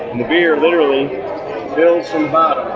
the beer literally fills and